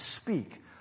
speak